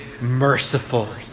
merciful